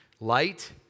Light